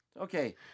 Okay